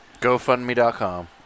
gofundme.com